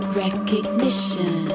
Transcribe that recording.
recognition